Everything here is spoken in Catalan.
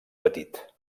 petit